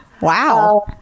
Wow